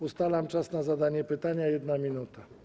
Ustalam czas na zadanie pytania - 1 minuta.